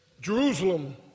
Jerusalem